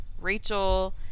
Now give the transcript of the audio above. Rachel